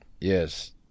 yes